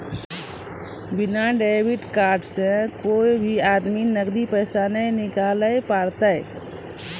बिना debit card से कोय भी आदमी नगदी पैसा नाय निकालैल पारतै